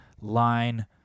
line